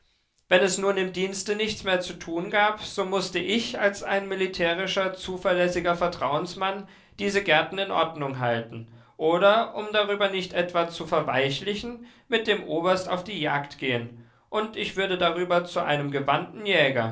wenn es nun im dienste nichts mehr zu tun gab so mußte ich als ein militärischer zuverlässiger vertrauensmann diese gärten in ordnung halten oder um darüber nicht etwa zu verweichlichen mit dem oberst auf die jagd gehen und ich würde darüber zu einem gewandten jäger